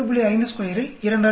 52 2 ஆல் பெருக்கவும்